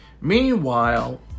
Meanwhile